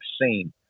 seen